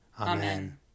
Amen